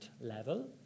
level